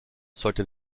sollte